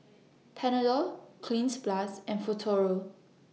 Panadol Cleanz Plus and Futuro